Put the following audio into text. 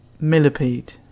Millipede